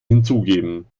hinzugeben